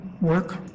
work